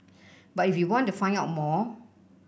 but if you want to find out more